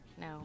No